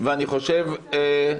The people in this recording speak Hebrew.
מה